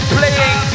playing